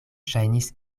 ŝajnis